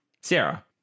Sarah